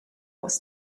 was